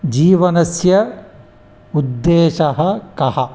जीवनस्य उद्देशः कः